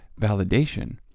validation